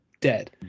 dead